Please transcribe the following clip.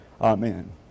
Amen